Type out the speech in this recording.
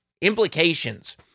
implications